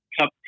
cup